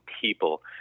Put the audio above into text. people